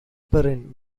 perrin